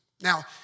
Now